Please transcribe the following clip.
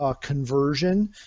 conversion